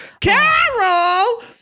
Carol